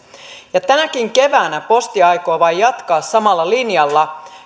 tänäkin keväänä posti aikoo vain jatkaa samalla linjalla